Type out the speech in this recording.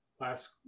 Last